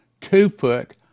two-foot